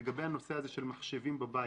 לגבי הנושא של מחשבים בבית.